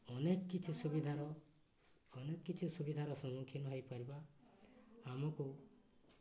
ଅନେକ କିଛି ସୁବିଧାର ଅନେକ କିଛି ସୁବିଧାର ସମ୍ମୁଖୀନ ହୋଇପାରିବା ଆମକୁ